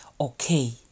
okay